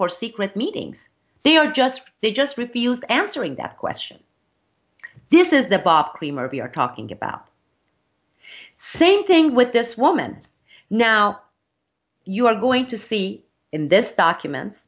for secret meetings they are just they just refuse answering that question this is the bar premier of you're talking about same thing with this woman now you are going to see in this documents